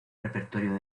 repertorio